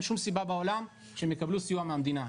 שום סיבה בעולם שהם יקבלו סיוע מהמדינה.